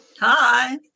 Hi